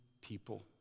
people